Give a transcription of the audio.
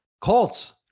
Colts